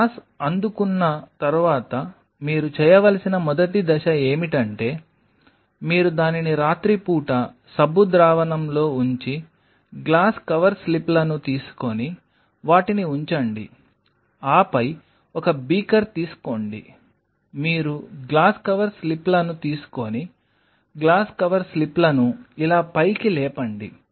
glass అందుకున్న తర్వాత మీరు చేయవలసిన మొదటి దశ ఏమిటంటే మీరు దానిని రాత్రిపూట సబ్బు ద్రావణంలో ఉంచి గ్లాస్ కవర్ స్లిప్లను తీసుకొని వాటిని ఉంచండి ఆపై ఒక బీకర్ తీసుకోండి మీరు గ్లాస్ కవర్ స్లిప్లను తీసుకొని గ్లాస్ కవర్ స్లిప్లను ఇలా పైకి లేపండి